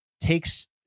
takes